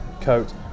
coat